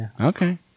Okay